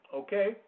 okay